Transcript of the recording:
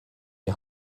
die